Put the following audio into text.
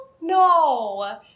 no